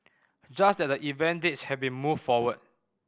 just that the event dates have been moved forward